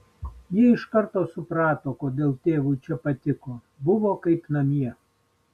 ji iš karto suprato kodėl tėvui čia patiko buvo kaip namie